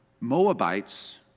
Moabites